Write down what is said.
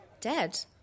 dead